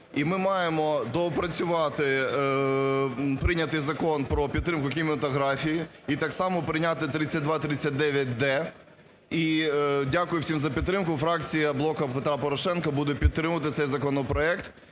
І ми маємо доопрацювати, прийняти Закон про підтримку кінематографії і, так само, прийняти 3239-д, і дякую всім за підтримку, фракція "Блоку Петра Порошенка" буде підтримувати цей законопроект.